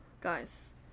guys